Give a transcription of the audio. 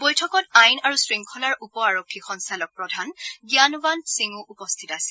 বৈঠকত আইন আৰু শংখলাৰ উপ আৰক্ষী সঞ্চালক প্ৰধান জ্ঞানৱাণ্ট সিঙো উপস্থিত আছিল